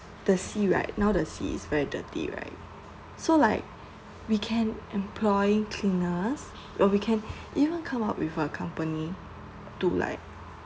the sea right now the sea is very dirty right so like we can employ cleaners or we can even come up with a company to like